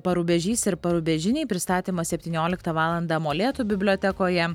parubežys ir parubežiniai pristatymas septynioliktą valandą molėtų bibliotekoje